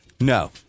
No